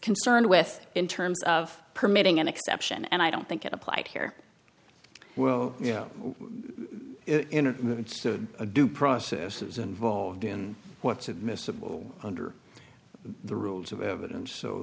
concerned with in terms of permitting an exception and i don't think it applied here well you know due process is involved in what's admissible under the rules of evidence so